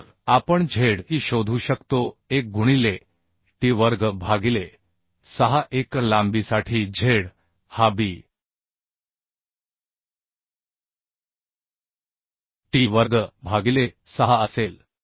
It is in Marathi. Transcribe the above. तर आपण z e शोधू शकतो 1 गुणिले t वर्ग भागिले 6 एकक लांबीसाठी z हा b t वर्ग भागिले 6 असेल